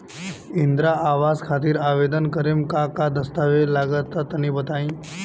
इंद्रा आवास खातिर आवेदन करेम का का दास्तावेज लगा तऽ तनि बता?